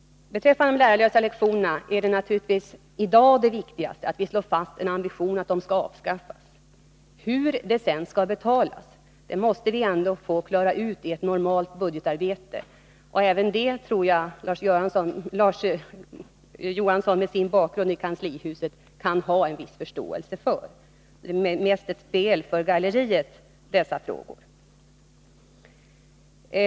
Beträffande de lärarlösa lektionerna är det naturligtvis i dag viktigast att slå fast ambitionen att de skall avskaffas. Hur detta sedan skall betalas måste vi klara ut i ett normalt budgetarbete. Även det tror jag att Larz Johansson, med sin bakgrund i kanslihuset, kan ha en viss förståelse för. Hans frågor är mest ett spel för galleriet.